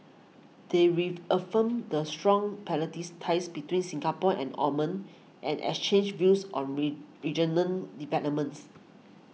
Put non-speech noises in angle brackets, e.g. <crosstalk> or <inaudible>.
they reaffirmed the strong <unintelligible> ties between Singapore and Oman and exchanged views on read regional developments